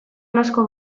noizko